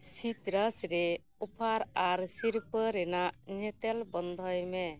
ᱥᱤᱛᱨᱟᱥ ᱨᱮ ᱚᱯᱷᱟᱨ ᱟᱨ ᱥᱤᱨᱯᱟᱹ ᱨᱮᱱᱟᱜ ᱧᱮᱛᱮᱞ ᱵᱚᱱᱫᱷᱚᱭ ᱢᱮ